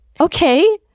okay